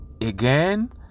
Again